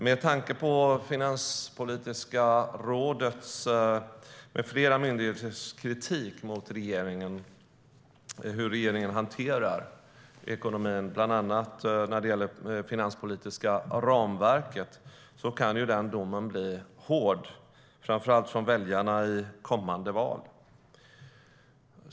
Med tanke på Finanspolitiska rådets med flera myndigheters kritik mot hur regeringen hanterar ekonomin, bland annat vad gäller det finanspolitiska ramverket, kan domen bli hård, framför allt från väljarna i kommande val.